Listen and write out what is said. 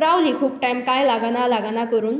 रावली खूब टायम काय लागना लागना करून